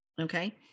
Okay